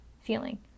feeling